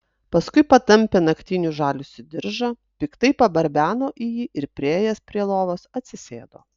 paskui patampė naktinių žaliuzių diržą piktai pabarbeno į jį ir priėjęs prie lovos atsisėdo